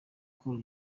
col